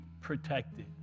protected